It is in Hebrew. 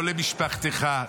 לא למשפחתך,